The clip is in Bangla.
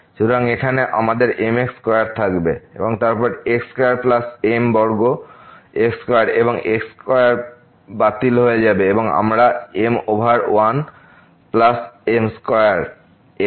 সুতরাং এখানে আমাদের mx স্কয়ার থাকবে এবং তারপর x স্কয়ার প্লাস m বর্গ x স্কয়ার এবং x স্কয়ার বাতিল হবে এবং আমরা পাব m over 1 plus m square এর